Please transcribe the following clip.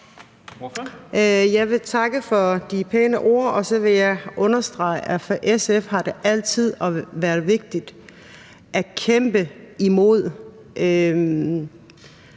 Jeg vil takke for de pæne ord, og så vil jeg understrege, at det for SF altid har været vigtigt at kæmpe imod